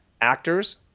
actors